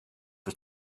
for